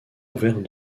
ouvert